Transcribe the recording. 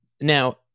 Now